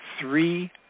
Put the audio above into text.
three